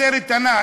הסרט הנע.